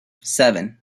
seven